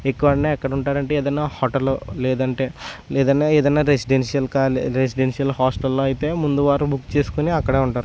ఇక్కడే ఎక్కడుంటారంటే ఏదైనా హోటల్లో లేదంటే ఏదైనా ఏదైనా రెసిడెన్సీలు హాస్టల్లో అయితే ముందు వారం బుక్ చేసుకుని అక్కడే ఉంటారు